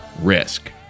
risk